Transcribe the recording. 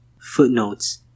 Footnotes